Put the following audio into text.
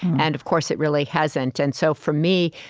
and of course, it really hasn't. and so, for me,